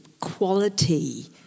quality